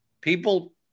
people